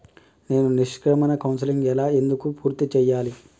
నేను నిష్క్రమణ కౌన్సెలింగ్ ఎలా ఎందుకు పూర్తి చేయాలి?